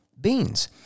beans